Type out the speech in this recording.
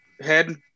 head